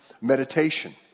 meditation